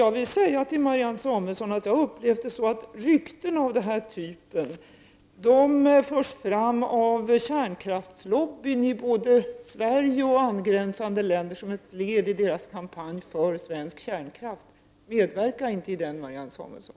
Jag vill säga till Marianne Samuelsson att jag har upplevt det så att rykten av den här typen förs fram av kärnkraftslobbyn både i Sverige och i angränsande länder som ett led i kampanjen för svensk kärnkraft. Medverka inte i den, Marianne Samuelsson!